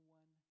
one